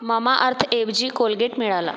ममाअर्थऐवजी Colgate मिळाला